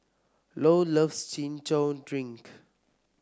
Lou loves Chin Chow Drink